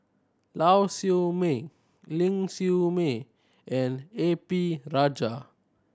Lau Siew Mei Ling Siew May and A P Rajah